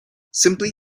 simply